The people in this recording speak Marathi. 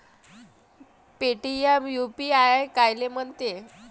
पेटीएम यू.पी.आय कायले म्हनते?